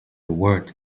word